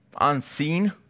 unseen